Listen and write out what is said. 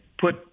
put